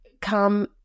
come